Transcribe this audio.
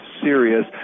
serious